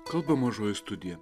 kalba mažoji studija